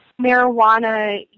marijuana